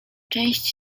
część